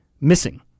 missing